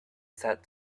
said